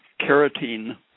carotene